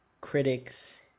Critics